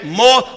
more